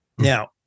Now